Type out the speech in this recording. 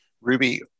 Ruby